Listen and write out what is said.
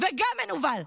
וגם מנוול.